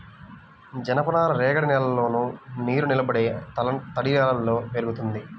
జనపనార రేగడి నేలల్లోను, నీరునిలబడే తడినేలల్లో పెరుగుతుంది